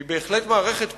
שהיא בהחלט מערכת פוליטית,